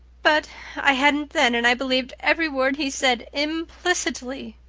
but i hadn't then and i believed every word he said implicitly.